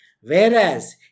Whereas